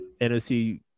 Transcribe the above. NFC